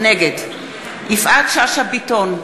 נגד יפעת שאשא ביטון,